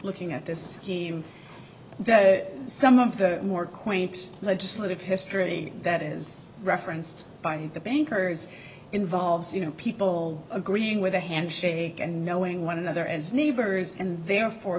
looking at this theme that some of the more quaint legislative history that is referenced by the bankers involves you know people agreeing with a handshake and knowing one another as neighbors and therefore